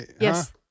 Yes